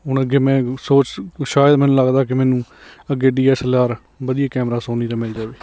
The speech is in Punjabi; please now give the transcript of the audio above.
ਹੁਣ ਅੱਗੇ ਮੈਂ ਸੋਚ ਸ਼ਾਇਦ ਮੈਨੂੰ ਲੱਗਦਾ ਕਿ ਮੈਨੂੰ ਅੱਗੇ ਡੀ ਐਸ ਐਲ ਆਰ ਵਧੀਆ ਕੈਮਰਾ ਸੋਨੀ ਦਾ ਮਿਲ ਜਾਵੇ